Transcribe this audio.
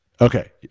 Okay